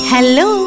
Hello